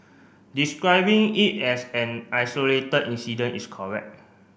describing it as an isolated incident is correct